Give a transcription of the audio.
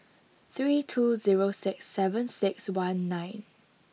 three two zero six seven six one nine